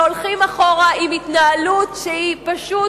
שהולכים אחורה עם התנהלות שהיא פשוט